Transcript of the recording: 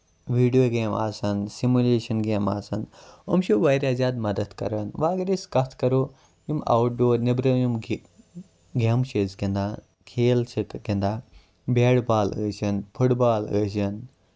video گیمہٕ آسن simulation گیمہٕ آسن یِم چھِ واریاہ زیادٕ مدد کران وۄنۍ اَگر أسۍ کَتھ کرو یِم اَوُٹ ڈور نیٚبرٕ یِم گی گیمہٕ چھِ أسۍ گِندان کھٮ۪ل چھِ گِندان بیٹ بال ٲسِںۍ فُٹ بال ٲسِنۍ